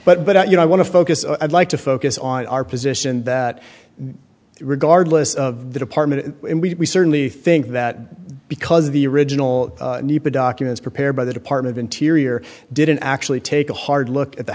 but but you know i want to focus i'd like to focus on our position that regardless of the department and we certainly think that because of the original documents prepared by the department of interior didn't actually take a hard look at the